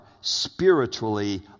spiritually